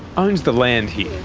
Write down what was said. owns the land here.